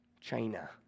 China